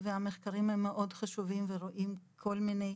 המחקרים מאוד חשובים ורואים כל מיני